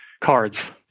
cards